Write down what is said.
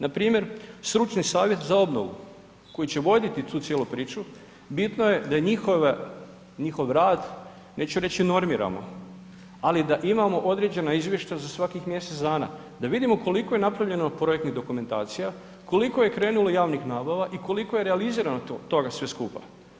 Npr. stručni savjet za obnovu koji će voditi tu cijelu priču bitno je da njihov rad neću reći normiramo, ali da imamo određena izvješća za svakih mjesec dana da vidimo koliko je napravljeno projektnih dokumentacija, koliko je krenulo javnih nabava i koliko je realizirano od toga sve skupa.